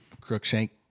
Crookshank